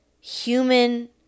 human